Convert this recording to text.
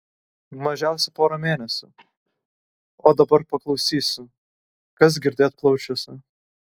mažiausia porą mėnesių o dabar paklausysiu kas girdėt plaučiuose